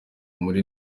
muri